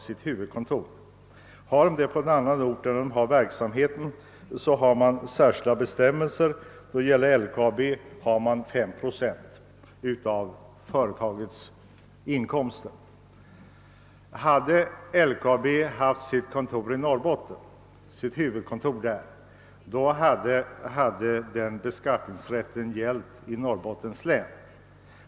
Ligger huvudkontoret på annan ort än där verksamheten bedrivs gäller särskilda bestämmelser, och beträffande LKAB beskattas enligt dessa bestämmelser 5 procent av inkomsterna i Stockholm. Hade LKAB haft sitt huvudkontor i Norrbotten hade den beskattningsrätten gällt Norrbottens län.